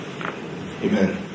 Amen